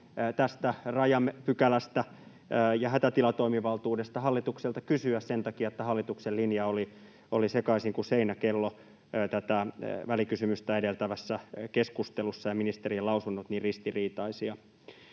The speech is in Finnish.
tästä rajapykälästä ja hätätilatoimivaltuudesta hallitukselta kysyä sen takia, että hallituksen linja oli sekaisin kuin seinäkello tätä välikysymystä edeltävässä keskustelussa ja ministerien lausunnot niin ristiriitaisia.